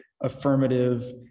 affirmative